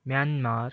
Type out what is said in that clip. Myanmar